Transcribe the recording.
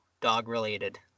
dog-related